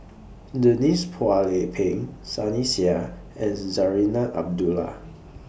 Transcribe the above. Denise Phua Lay Peng Sunny Sia and Zarinah Abdullah